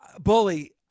Bully